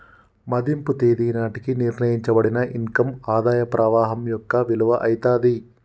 మదింపు తేదీ నాటికి నిర్ణయించబడిన ఇన్ కమ్ ఆదాయ ప్రవాహం యొక్క విలువ అయితాది